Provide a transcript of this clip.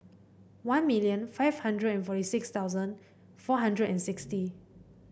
one million five hundred forty six thousand four hundred and sixty